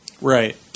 Right